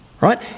right